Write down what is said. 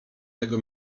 tego